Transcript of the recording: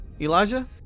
Elijah